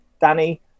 Danny